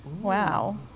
Wow